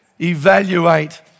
evaluate